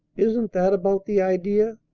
isn't that about the idea?